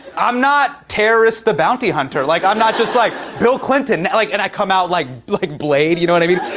i'm not terrorist the bounty hunter. like, i'm not just like, bill clinton, and, like, and i come out, like like blade. you know what i mean?